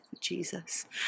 Jesus